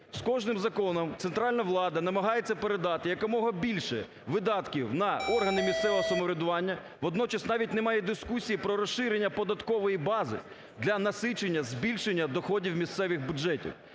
з кожним законом центральна влада намагається передати якомога більше видатків на органи місцевого самоврядування, водночас навіть немає дискусії про розширення податкової бази для насичення, збільшення доходів місцевих бюджетів.